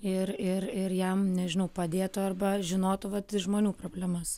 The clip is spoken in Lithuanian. ir ir ir jam nežinau padėtų arba žinotų vat žmonių problemas